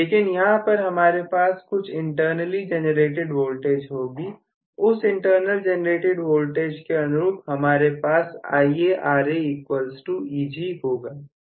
लेकिन यहां पर हमारे पास कुछ इंटरनली जेनरेटेड वोल्टेज होगी उस इंटरनल जेनरेटेड वोल्टेज के अनुरूप हमारे पास IaRaEg होगा